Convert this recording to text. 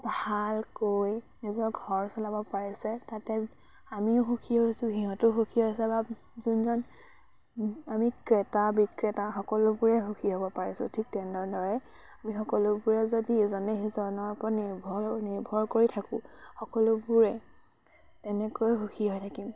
ভালকৈ নিজৰ ঘৰ চলাব পাৰিছে তাতে আমিও সুখী হৈছোঁ সিহঁতো সুখী হৈছে বা যোনজন আমি ক্ৰেতা বিক্ৰেতা সকলোবোৰেই সুখী হ'ব পাৰিছোঁ ঠিক তেনেদৰে আমি সকলোবোৰে যদি ইজনে সিজনৰ ওপৰত নিৰ্ভৰ নিৰ্ভৰ কৰি থাকোঁ সকলোবোৰে তেনেকৈয়ে সুখী হৈ থাকিম